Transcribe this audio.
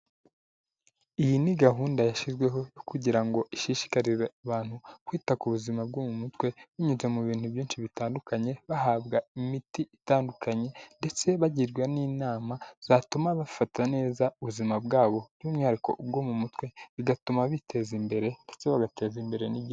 Iyi ni gahunda yashyizweho kugira ngo ishishikarize abantu kwita ku buzima bwo mu mutwe binyuze mu bintu byinshi bitandukanye, bahabwa imiti itandukanye ndetse bagirwa n'inama zatuma bafata neza ubuzima bwabo by'umwihariko bwo mu mutwe, bigatuma biteza imbere ndetse bagateza imbere n'igihugu.